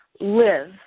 live